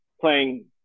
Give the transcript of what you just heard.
playing